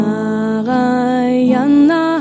Narayana